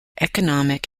economic